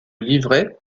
livret